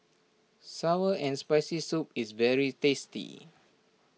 Sour and Spicy Soup is very tasty